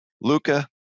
Luca